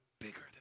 bigger